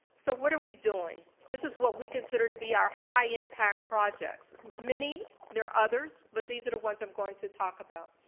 so what are we doing? this is what we consider to be our high impact projects. there are others, but these are the ones i'm going to talk about.